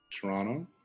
Toronto